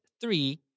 three